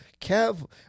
Kev